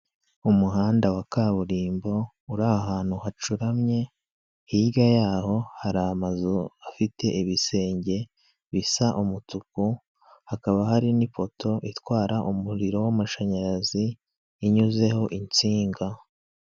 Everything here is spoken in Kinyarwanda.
Umuhanda wa kaburimbo uri ahantu hacuramye hirya yaho hari amazu afite ibisenge bisa umutuku, hakaba hari n'ipoto itwara umuriro w'amashanyarazi inyuzeho insinga.